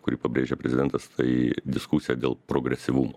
kurį pabrėžė prezidentas tai diskusija dėl progresyvumo